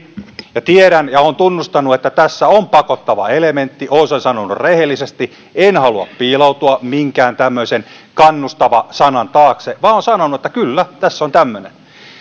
ja tiedän ja olen tunnustanut että tässä on pakottava elementti olen sen sanonut rehellisesti en halua piiloutua minkään tämmöisen kannustava sanan taakse vaan olen sanonut että kyllä tässä on tämmöinen